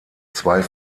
zwei